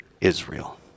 Israel